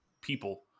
people